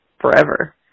forever